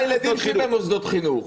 כל הילדים שלי במוסדות חינוך.